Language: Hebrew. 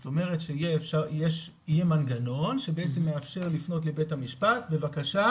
זאת אומרת שיהיה מנגנון שמאפשר לפנות לבית המשפט בבקשה